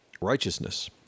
righteousness